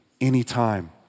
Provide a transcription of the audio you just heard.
anytime